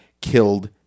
killed